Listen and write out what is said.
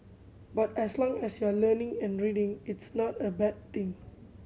but as long as you are learning and reading it's not a bad thing